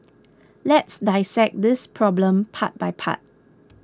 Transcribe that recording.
let's dissect this problem part by part